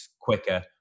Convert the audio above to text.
quicker